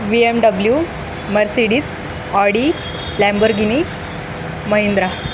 V M W Mercedes Audi Lamborghini Mahindra